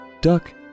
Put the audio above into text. Duck